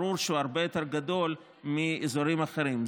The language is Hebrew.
ברור שהוא הרבה יותר גדול מבאזורים אחרים.